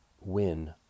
win